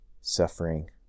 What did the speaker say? suffering